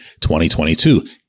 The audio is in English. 2022